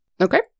Okay